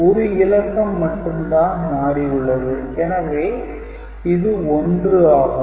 ஒரு இலக்கம் மட்டும்தான் மாறி உள்ளது எனவே இது 1 ஆகும்